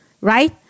Right